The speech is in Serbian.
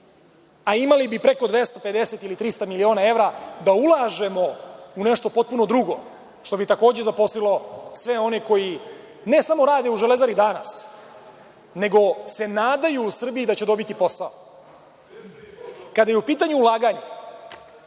a imali bi preko 250 ili 300 miliona evra da ulažemo u nešto potpuno drugo, što bi takođe zaposlilo sve one koji ne samo rade u „Železari“ danas, nego se nadaju u Srbiji da će dobiti posao. Kada je u pitanju ulaganje,